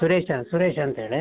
ಸುರೇಶ ಸುರೇಶ್ ಅಂತೇಳಿ